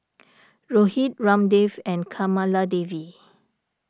Rohit Ramdev and Kamaladevi